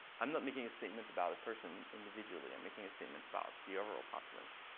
i'm not making a statement about a person individually, i'm making a statement about the overall population.